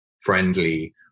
friendly